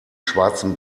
schwarzen